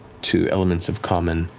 to elements of common,